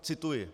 Cituji: